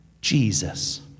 Jesus